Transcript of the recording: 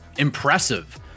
impressive